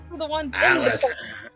Alice